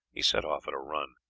he set off at a run.